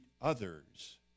others